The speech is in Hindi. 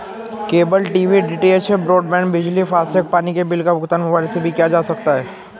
केबल टीवी डी.टी.एच, ब्रॉडबैंड, बिजली, फास्टैग, पानी के बिल का भुगतान मोबाइल से भी किया जा सकता है